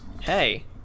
Hey